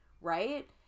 Right